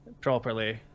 properly